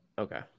okay